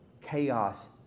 chaos